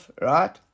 right